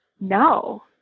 no